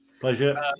Pleasure